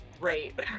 Great